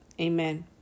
Amen